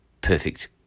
perfect